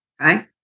Okay